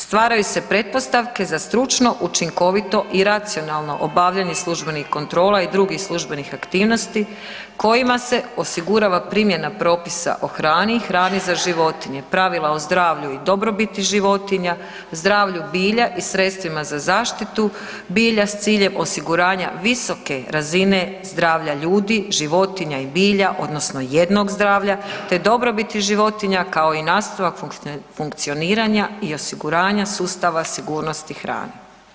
Stvaraju se pretpostavke za stručno, učinkovito i racionalno obavljanje službenih kontrola i dr. službenih aktivnosti kojima se osigurava primjena propisa o hrani i hrani za životinju, pravila, o zdravlju i dobrobiti životinja, zdravlju bilja i sredstvima za zaštitu bilja s cilj osiguranja visoke razine zdravlja ljudi, životinja i bilja odnosno jednog zdravlja te dobrobiti životinja kao i nastavak funkcioniranja i osiguranja sustava sigurnosti hrane.